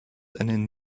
einen